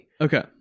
Okay